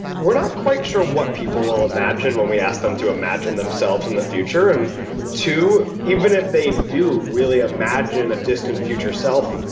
we are not quite sure what people will imagine when we ask them to imagine themselves in the future. and two, even if they do really imagine a distant future self,